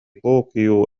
طوكيو